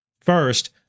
First